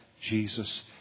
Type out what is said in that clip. Jesus